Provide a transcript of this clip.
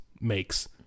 makes